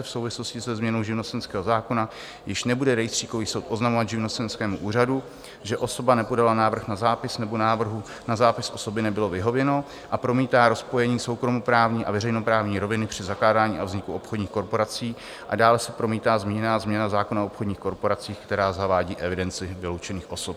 V souvislosti se změnu živnostenského zákona již nebude rejstříkový soud oznamovat živnostenskému úřadu, že osoba nepodala návrh na zápis nebo návrhu na zápis osoby nebylo vyhověno, a promítá rozpojení soukromoprávní a veřejnoprávní roviny při zakládání a vzniku obchodních korporací a dále se promítá zmíněná změna zákona o obchodních korporacích, která zavádí evidenci vyloučených osob.